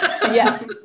Yes